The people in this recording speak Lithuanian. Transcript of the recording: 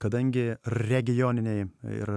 kadangi regioniniai ir